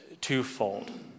twofold